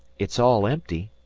it's all empty,